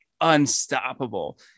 unstoppable